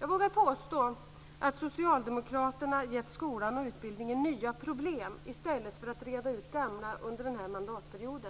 Jag vågar påstå att socialdemokraterna givit skolan och utbildningen nya problem i stället för att reda ut gamla under den här mandatperioden.